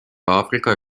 aafrika